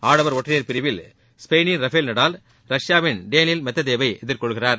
ஆடவர் ஒற்றையா பிரிவில் ஸ்பெயினின் ரஃபேல் நடால் ரஷ்யாவின் டேனியல் மெத்வதேவை எதிர்கொள்கிறார்